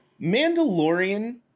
Mandalorian